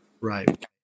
right